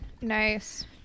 Nice